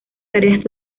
tareas